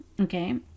Okay